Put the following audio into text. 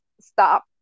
stop